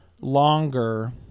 longer